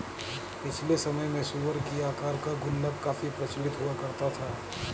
पिछले समय में सूअर की आकार का गुल्लक काफी प्रचलित हुआ करता था